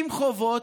עם חובות,